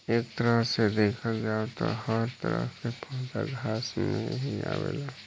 एक तरह से देखल जाव त हर तरह के पौधा घास में ही आवेला